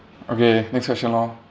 okay next question lor